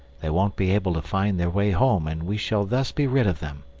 they won't be able to find their way home, and we shall thus be rid of them.